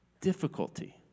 difficulty